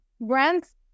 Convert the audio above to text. brands